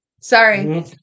sorry